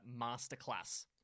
Masterclass